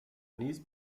knees